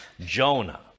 Jonah